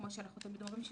כמו שאנחנו תמיד אומרים,